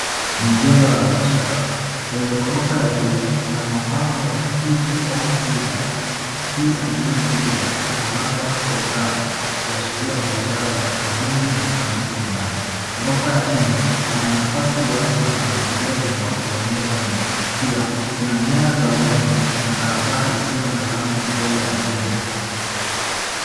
Ni jengo la biashara. Kwenye gorofa ya juu kuna mabango ya TJ Home builders , P & E Interiors na labda Prography kuashiria biashara za ujenzi na usanifu wa ndani. Gorofa ya chini ina nafasi wazi na kuna vigae vinavyoonyeshwa nje. Pia kuna nyaya za umeme na barabara isiyo na lami mbele ya jengo.